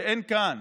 שאין כאן,